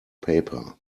paper